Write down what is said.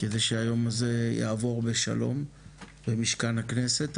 כדי שהיום הזה יעבור בשלום במשכן הכנסת.